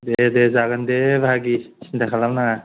दे दे दे जागोन दे बाहागि सिन्था खालाम नाङा